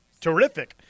terrific